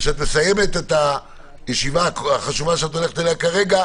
כשאת מסיימת את הישיבה החשובה שאת הולכת אליה כרגע,